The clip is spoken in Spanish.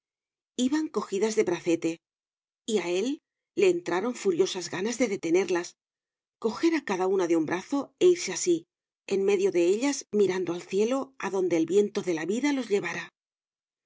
iban cojidas de bracete y a él le entraron furiosas ganas de detenerlas cojer a cada una de un brazo e irse así en medio de ellas mirando al cielo adonde el viento de la vida los llevara